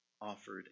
offered